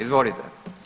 Izvolite.